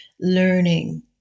learning